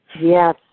Yes